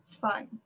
fun